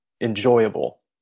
enjoyable